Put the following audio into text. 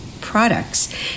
products